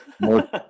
More